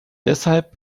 deshalb